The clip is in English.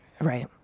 Right